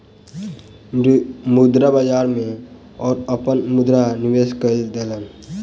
मुद्रा बाजार में ओ अपन मुद्रा निवेश कय देलैन